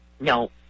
No